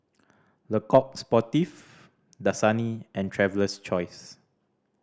Le Coq Sportif Dasani and Traveler's Choice